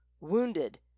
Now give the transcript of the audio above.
wounded